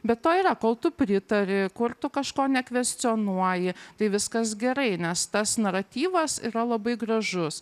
bet to yra kol tu pritari kur tu kažko nekvestionuoji tai viskas gerai nes tas naratyvas yra labai gražus